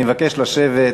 אני מבקש לשבת.